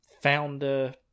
founder